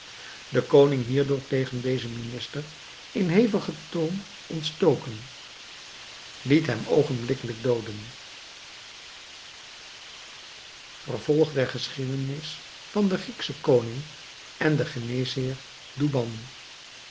de koning hierdoor tegen dezen minister in hevigen toom ontstoken liet hem oogenblikkelijk dooden vervolg der geschiedenis van den griekschen koning en den geneesheer douban